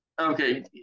Okay